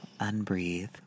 Unbreathe